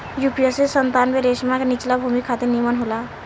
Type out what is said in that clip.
UPC सत्तानबे रेशमा निचला भूमि खातिर निमन होला